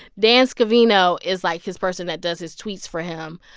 dan scavino is, like, his person that does his tweets for him.